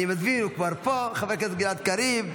אני מזמין את חבר הכנסת גלעד קריב,